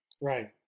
Right